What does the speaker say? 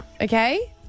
Okay